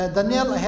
Daniel